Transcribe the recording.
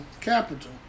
capital